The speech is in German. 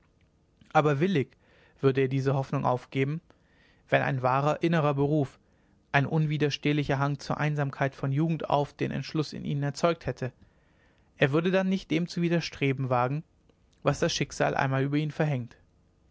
aber willig würde er diese hoffnung aufgeben wenn ein wahrer innerer beruf ein unwiderstehlicher hang zur einsamkeit von jugend auf den entschluß in ihnen erzeugt hätte er würde dann nicht dem zu widerstreben wagen was das schicksal einmal über ihn verhängt